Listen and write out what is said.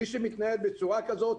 מי שמתנהל בצורה כזאת,